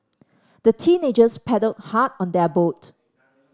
the teenagers paddled hard on their boat